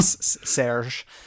Serge